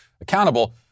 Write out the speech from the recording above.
accountable